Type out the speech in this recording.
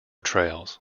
trails